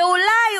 ואולי,